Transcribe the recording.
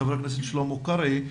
חבר הכנסת שלמה קרעי.